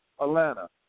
Atlanta